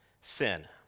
Sin